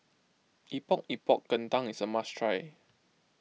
Epok Epok Kentang is a must try